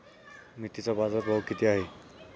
मेथीचा बाजारभाव किती आहे?